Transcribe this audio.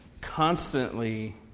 constantly